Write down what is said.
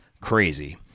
crazy